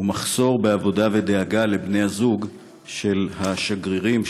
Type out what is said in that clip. ומחסור בעבודה ודאגה לבני-הזוג של השגרירים,